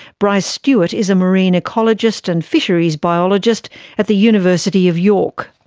bryce stewart is a marine ecologist and fisheries biologist at the university of york.